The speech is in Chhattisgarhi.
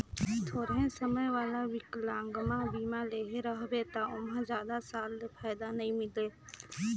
थोरहें समय वाला विकलांगमा बीमा लेहे रहबे त ओमहा जादा साल ले फायदा नई मिले